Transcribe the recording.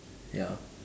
ya